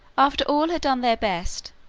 after all had done their best,